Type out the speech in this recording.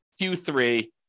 Q3